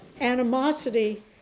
animosity